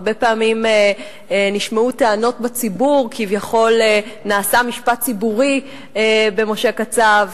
הרבה פעמים נשמעו טענות בציבור: כביכול נעשה משפט ציבורי במשה קצב,